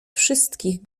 wszystkich